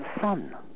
sun